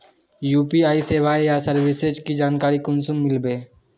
UPI सेवाएँ या services की जानकारी कुंसम मिलबे?